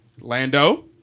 lando